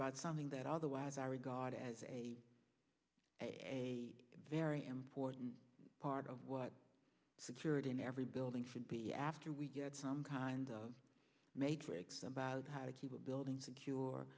about something that otherwise i regard as a a very important part of what security in every building should be after we get some kind of matrix about how to keep a building secure